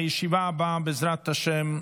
הישיבה הבאה, בעזרת השם,